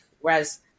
Whereas